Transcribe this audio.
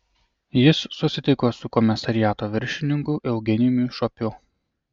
jis susitiko su komisariato viršininku eugenijumi šopiu